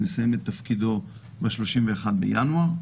מסיים את תפקידו ב-31 בינואר,